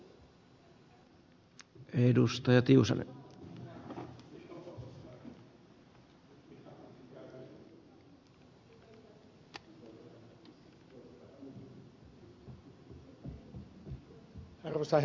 arvoisa herra puhemies